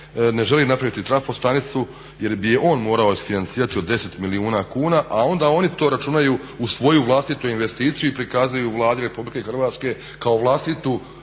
ne želi napraviti trafostanicu jer bi je on morao isfinancirati od 10 milijuna kuna, a onda oni to računaju u svoju vlastitu investiciju i prikazuju Vladi Republike Hrvatske kao vlastitu